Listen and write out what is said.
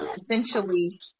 essentially